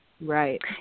Right